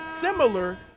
similar